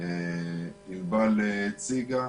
שענבל הציגה,